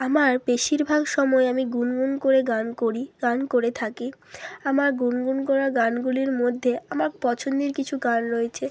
আমার বেশিরভাগ সময় আমি গুনগুন করে গান করি গান করে থাকি আমার গুনগুন করা গানগুলির মধ্যে আমার পছন্দের কিছু গান রয়েছে